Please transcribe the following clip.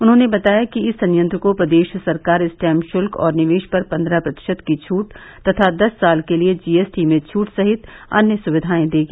उन्होंने बताया कि इस संयंत्र को प्रदेश सरकार स्टैम्प शुल्क और निवेश पर पन्द्रह प्रतिशत की छूट तथा दस साल के लिये जीएसटी में छूट साहित अन्य सुविधायें देगी